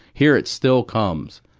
here it still comes.